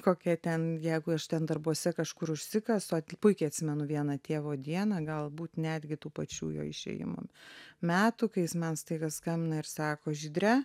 kokia ten jeigu aš ten darbuose kažkur užsikasu puikiai atsimenu vieną tėvo dieną galbūt netgi tų pačių jo išėjimo metų kai jis man staiga skambina ir sako žydre